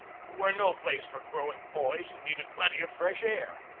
were no place for growing boys who needed plenty of fresh air.